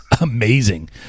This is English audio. amazing